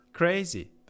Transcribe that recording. Crazy